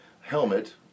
helmet